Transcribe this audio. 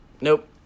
Nope